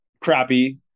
crappy